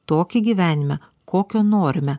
tokį gyvenimą kokio norime